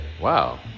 wow